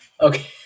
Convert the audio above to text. Okay